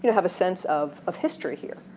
have a sense of of history here,